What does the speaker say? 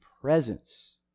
presence